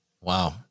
wow